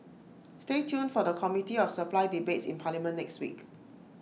A product summary describes the features of an insurance product